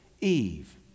Eve